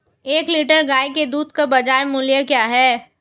एक लीटर गाय के दूध का बाज़ार मूल्य क्या है?